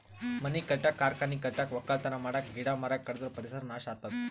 ಮನಿ ಕಟ್ಟಕ್ಕ್ ಕಾರ್ಖಾನಿ ಕಟ್ಟಕ್ಕ್ ವಕ್ಕಲತನ್ ಮಾಡಕ್ಕ್ ಗಿಡ ಮರ ಕಡದ್ರ್ ಪರಿಸರ್ ನಾಶ್ ಆತದ್